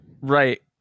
Right